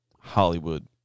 Hollywood